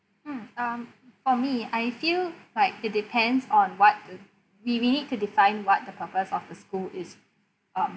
mm um for me I feel like it depends on what the we we need to define what the purpose of the school is um